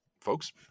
folks